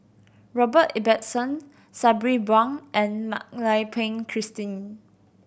Robert Ibbetson Sabri Buang and Mak Lai Peng Christine